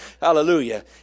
Hallelujah